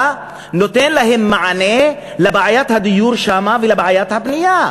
נותן להם מענה לבעיית הדיור שם ולבעיית הבנייה.